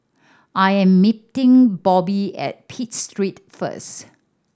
I am meeting Bobbi at Pitt Street first